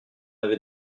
avais